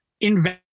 invest